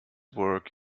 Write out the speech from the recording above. work